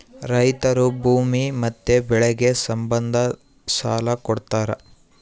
ರೈತರು ಭೂಮಿ ಮತ್ತೆ ಬೆಳೆಗೆ ಸಂಬಂಧ ಸಾಲ ಕೊಡ್ತಾರ